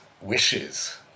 wishes